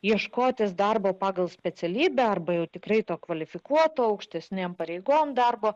ieškotis darbo pagal specialybę arba jau tikrai to kvalifikuoto aukštesnėm pareigom darbo